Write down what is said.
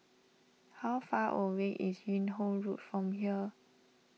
how far away is Yung Ho Road from here